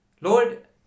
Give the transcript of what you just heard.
Lord